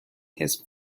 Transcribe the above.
his